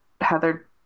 Heather